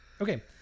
Okay